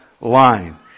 line